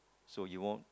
so you won't